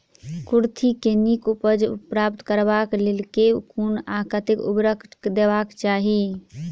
कुर्थी केँ नीक उपज प्राप्त करबाक लेल केँ कुन आ कतेक उर्वरक देबाक चाहि?